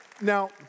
Now